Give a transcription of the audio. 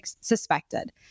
suspected